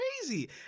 crazy